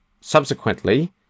subsequently